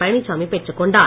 பழனிசாமி பெற்றுக்கொண்டார்